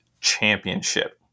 championship